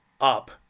up